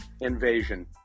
invasion